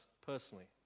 personally